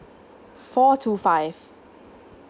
four to five